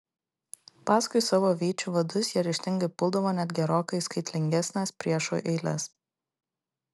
paskui savo vyčių vadus jie ryžtingai puldavo net gerokai skaitlingesnes priešų eiles